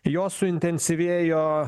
jo suintensyvėjo